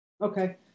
Okay